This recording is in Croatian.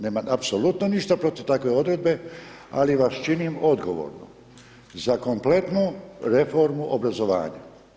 Nemam apsolutno ništa protiv takve odredbe, ali vas činim odgovornom za kompletnu reformu obrazovanja.